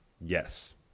Yes